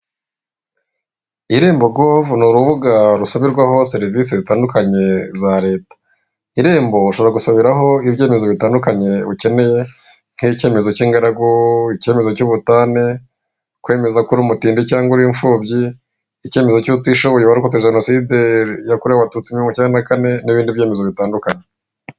Irembo govu ni urubuga rusabirwaho serivise zitandukanye za leta. Irembo ushobora gusabiraho ibyemezo bitandukanye ukeneye nk'ikemezo k'ingaragu, ikemezo cy'ubutane, kwemeza ko uri umutindi cyangwa uri imfubyi, ikemezo cy'uko utishoboye warokotse jenoside yakorewe abatutsi muri mirongo icyenda na kane n'ibindi byemezo bitandukanye.